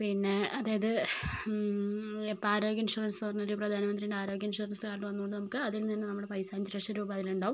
പിന്നെ അതായത് ഇപ്പോൾ ആരോഗ്യം ഇൻഷുറൻസ് എന്നുപറഞ്ഞൊരു പ്രധാനമന്ത്രിയുടെ ആരോഗ്യ ഇൻഷുറൻസ് കാർഡ് വന്നതുകൊണ്ട് നമുക്ക് അതിൽ നിന്ന് നമ്മുടെ പൈസ അഞ്ച് ലക്ഷം രൂപ അതിൽ ഉണ്ടാവും